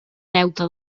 deute